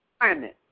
environment